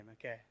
okay